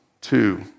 two